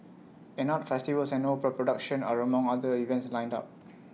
an arts festivals and opera production are among other events lined up